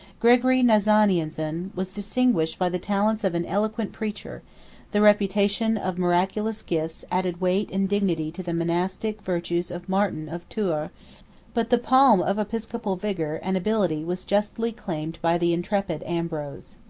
gregory nazianzen was distinguished by the talents of an eloquent preacher the reputation of miraculous gifts added weight and dignity to the monastic virtues of martin of tours but the palm of episcopal vigor and ability was justly claimed by the intrepid ambrose.